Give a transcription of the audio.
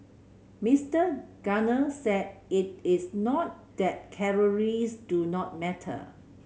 Mister Gardner said it is not that calories do not matter